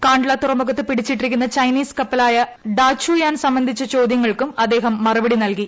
കാ ്ല തുറമുഖത്ത് പിടിച്ചിട്ടിരിക്കുന്ന ചൈനീസ് കപ്പലായ ഡാ ചു യാൻ സംബന്ധിച്ച ചോദൃങ്ങൾക്കും അദ്ദേഹം മറുപടി നൽകി